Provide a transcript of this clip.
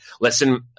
listen